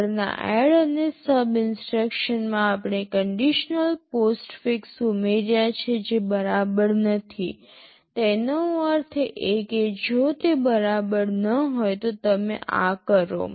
આગળના ADD અને SUB instruction માં આપણે કન્ડિશનલ પોસ્ટફિક્સ ઉમેર્યા છે જે બરાબર નથી તેનો અર્થ એ કે જો તે બરાબર ન હોય તો તમે આ કરો